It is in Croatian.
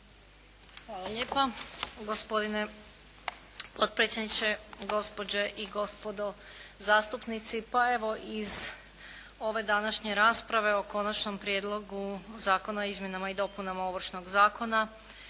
Hvala lijepa. Gospodine potpredsjedniče, gospođe i gospodo zastupnici. Pa evo iz ove današnje rasprave o Konačnom prijedlogu Zakona o izmjenama i dopunama Ovršnog zakona